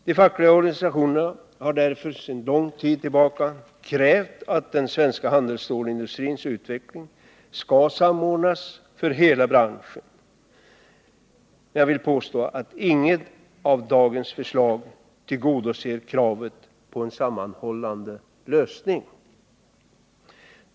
De fackliga organisationerna har därför sedan lång tid tillbaka krävt att den svenska handelsstålindustrins utveckling skall samordnas för hela branschen. Men inget av dagens förslag tillgodoser kravet på en sammanhållande lösning.